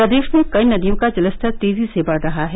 प्रदेश में कई नदियों का जलस्तर तेजी से बढ़ रहा है